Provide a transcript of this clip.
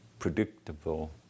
predictable